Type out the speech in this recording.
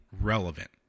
relevant